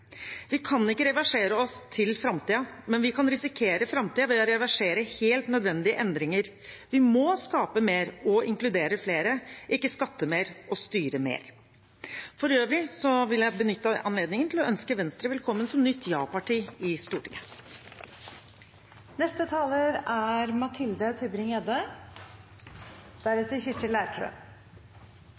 Vi kan ikke reversere oss til framtiden, men vi kan risikere framtiden ved å reversere helt nødvendige endringer. Vi må skape mer og inkludere flere, ikke skatte mer og styre mer. For øvrig vil jeg benytte anledningen til å ønske Venstre velkommen som nytt ja-parti i Stortinget. I dag er